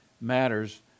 matters